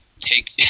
take